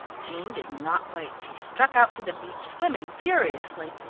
jean did not wait. she struck out for the beach, swimming furiously.